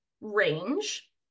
range